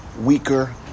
weaker